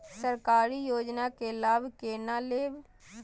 सरकारी योजना के लाभ केना लेब?